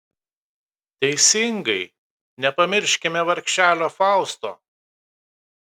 teisingai nepamirškime vargšelio fausto